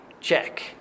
check